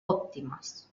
òptimes